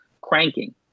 cranking